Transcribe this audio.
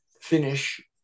finish